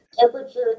Temperature